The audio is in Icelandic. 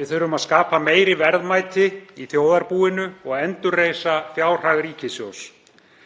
Við þurfum að skapa meiri verðmæti í þjóðarbúinu og endurreisa fjárhag ríkissjóðs.